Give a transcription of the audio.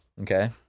Okay